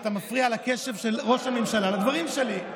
אתה מפריע לקשב של ראש הממשלה לדברים שלי.